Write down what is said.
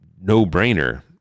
no-brainer